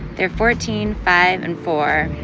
they're fourteen, five and four,